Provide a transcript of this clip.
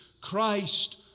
Christ